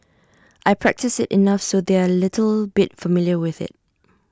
I practice IT enough so they're A little bit familiar with IT